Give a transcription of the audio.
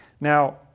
Now